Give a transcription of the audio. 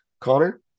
Connor